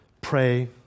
pray